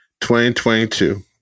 2022